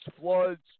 floods